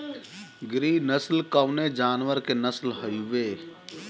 गिरी नश्ल कवने जानवर के नस्ल हयुवे?